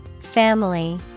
Family